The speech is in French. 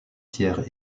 pierre